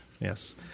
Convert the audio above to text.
yes